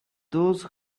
those